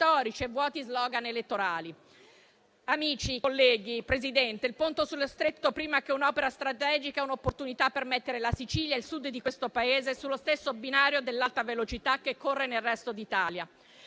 colleghi, signor Presidente, il Ponte sullo Stretto, prima che un'opera strategica è un'opportunità per mettere la Sicilia e il Sud del Paese sullo stesso binario dell'alta velocità che corre nel resto d'Italia.